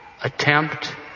Attempt